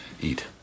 Eat